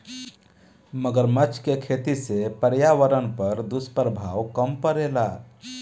मगरमच्छ के खेती से पर्यावरण पर दुष्प्रभाव कम पड़ेला